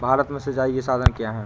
भारत में सिंचाई के साधन क्या है?